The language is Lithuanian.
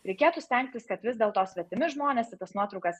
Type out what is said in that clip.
reikėtų stengtis kad vis dėl to svetimi žmonės į tas nuotraukas